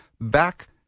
back